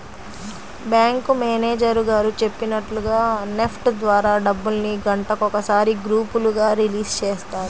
bank manager గారు చెప్పినట్లుగా NEFT ద్వారా డబ్బుల్ని గంటకొకసారి గ్రూపులుగా రిలీజ్ చేస్తారు